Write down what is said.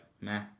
meh